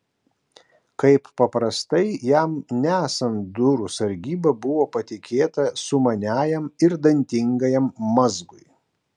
kaip paprastai jam nesant durų sargyba buvo patikėta sumaniajam ir dantingajam mazgui